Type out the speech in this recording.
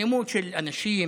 אלימות של אנשים,